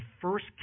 first